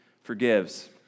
forgives